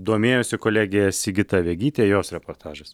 domėjosi kolegė sigita vegytė jos reportažas